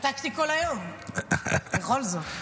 שתקתי כל היום, בכל זאת.